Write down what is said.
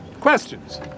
Questions